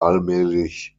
allmählich